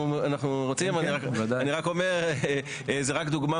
זו אחת הבעיות.